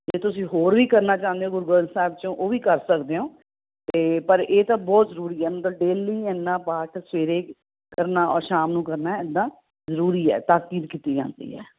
ਤਾਂ ਤੁਸੀਂ ਹੋਰ ਵੀ ਕਰਨਾ ਚਾਹੁੰਦੇ ਹੋ ਗੁਰੂ ਗ੍ਰੰਥ ਸਾਹਿਬ 'ਚੋਂ ਉਹ ਵੀ ਕਰ ਸਕਦੇ ਓਂ ਅਤੇ ਪਰ ਇਹ ਤਾਂ ਬਹੁਤ ਜ਼ਰੂਰੀ ਹੈ ਮਤਲਬ ਡੇਲੀ ਇੰਨਾ ਪਾਠ ਸਵੇਰੇ ਕਰਨਾ ਔਰ ਸ਼ਾਮ ਨੂੰ ਕਰਨਾ ਇੱਦਾਂ ਜ਼ਰੂਰੀ ਹੈ ਤਾਕੀਦ ਕੀਤੀ ਜਾਂਦੀ ਹੈ